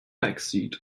backseat